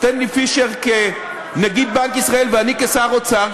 סנטלי פישר כנגיד בנק ישראל ואני כשר האוצר,